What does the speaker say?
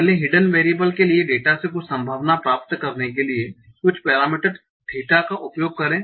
पहले hidden variable के लिए डेटा से कुछ संभावना प्राप्त करने के लिए कुछ पैरामीटर थीटा का उपयोग करें